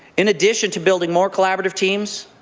in addition to building more collaborative teams,